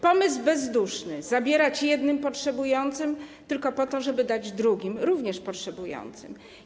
Pomysł bezduszny: zabierać jednym potrzebującym tylko po to, żeby dać drugim, również potrzebującym.